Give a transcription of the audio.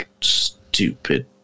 Stupid